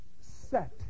set